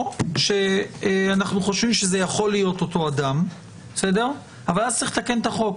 או שאנחנו חושבים שזה יכול להיות אותו אדם אבל אז צריך לתקן את החוק